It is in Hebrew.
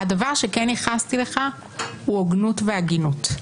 הדבר שכן ייחסתי לך הוא הוגנות והגינות.